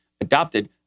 adopted